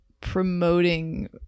promoting